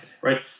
right